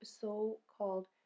so-called